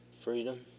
Freedom